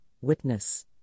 witness